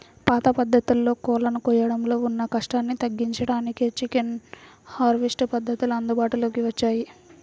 పాత పద్ధతుల్లో కోళ్ళను కోయడంలో ఉన్న కష్టాన్ని తగ్గించడానికే చికెన్ హార్వెస్ట్ పద్ధతులు అందుబాటులోకి వచ్చాయి